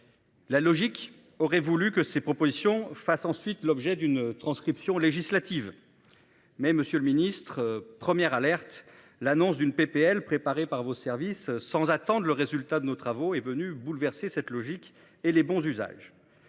La logique aurait voulu que ces propositions face ensuite l'objet d'une transcription législative. Mais Monsieur le Ministre. Première alerte, l'annonce d'une PPL préparée par vos services sans attendent le résultat de nos travaux est venue bouleverser cette logique et les bons usages